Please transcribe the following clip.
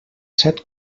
set